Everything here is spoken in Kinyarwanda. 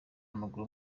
w’amaguru